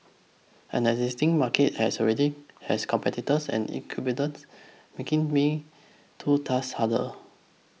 an existing market has already has competitors and incumbents making me too task harder